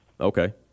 Okay